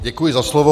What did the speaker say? Děkuji za slovo.